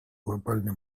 глобальные